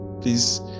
please